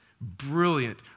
Brilliant